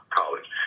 college